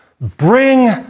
Bring